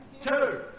Two